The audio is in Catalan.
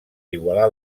igualar